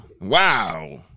Wow